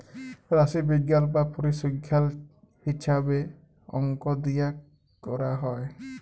রাশিবিজ্ঞাল বা পরিসংখ্যাল হিছাবে অংক দিয়ে ক্যরা হ্যয়